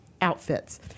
outfits